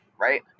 right